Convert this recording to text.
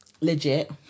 legit